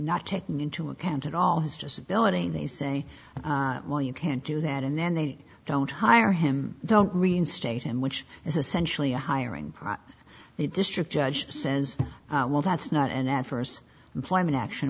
taking into account at all his disability they say well you can't do that and then they don't hire him don't reinstate him which is essentially a hiring process the district judge says well that's not an adverse employment action